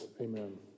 Amen